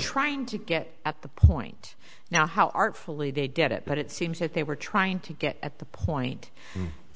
trying to get at the point now how artfully they did it but it seems that they were trying to get at the point